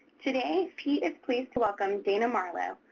today, peat is pleased to welcome dana marlowe,